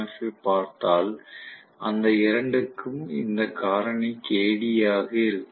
F ஐப் பார்த்தால் அந்த இரண்டுக்கும் இந்த காரணி Kd இருக்கும்